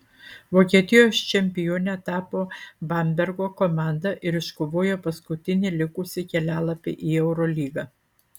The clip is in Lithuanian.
vokietijos čempione tapo bambergo komanda ir iškovojo paskutinį likusį kelialapį į eurolygą